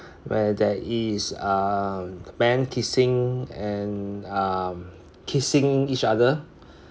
where there is uh man kissing and um kissing each other